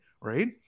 right